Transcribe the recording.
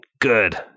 Good